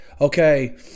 okay